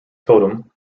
totem